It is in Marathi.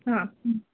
हां